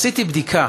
עשיתי בדיקה